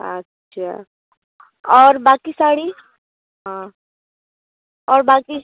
अच्छा और बाकी साड़ी हाँ और बाकी